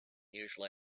usually